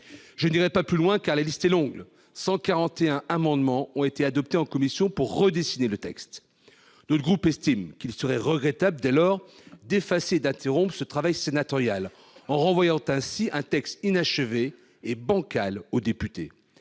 Je n'irai pas plus loin, car la liste est longue : quelque 141 amendements ont été adoptés en commission pour redessiner le texte. Notre groupe estime dès lors qu'il serait regrettable d'effacer et d'interrompre ce travail sénatorial, en renvoyant ainsi un texte inachevé et bancal aux députés.